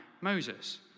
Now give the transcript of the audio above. Moses